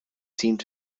seemed